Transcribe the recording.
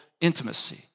intimacy